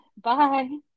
bye